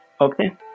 Okay